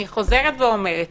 אני חוזרת ואומרת,